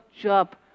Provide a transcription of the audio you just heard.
job